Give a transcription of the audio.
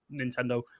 Nintendo